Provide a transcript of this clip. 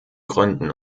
gründen